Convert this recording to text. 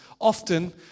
often